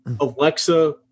Alexa